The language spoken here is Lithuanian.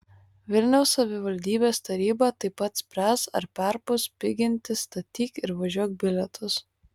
vilniaus savivaldybės taryba taip pat spręs ar perpus piginti statyk ir važiuok bilietus